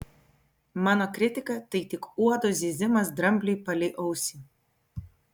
mano kritika tai tik uodo zyzimas drambliui palei ausį